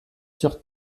sur